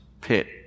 pit